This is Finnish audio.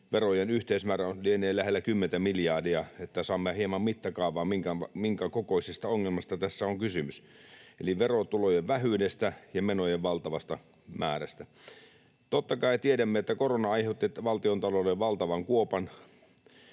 verojen yhteismäärä lienee lähellä 10:tä miljardia, niin että saamme hieman mittakaavaa, minkä kokoisesta ongelmasta tässä on kysymys, eli verotulojen vähyydestä ja menojen valtavasta määrästä. Totta kai tiedämme, että korona aiheutti valtiontaloudelle valtavan kuopan